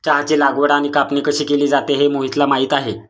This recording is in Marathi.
चहाची लागवड आणि कापणी कशी केली जाते हे मोहितला माहित आहे